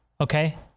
Okay